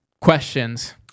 questions